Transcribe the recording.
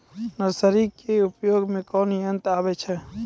Nursery के उपयोग मे कोन यंत्र आबै छै?